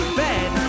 bed